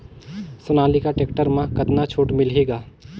Sonalika tractor म कतका छूट मिलही ग?